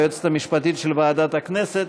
היועצת המשפטית של ועדת הכנסת,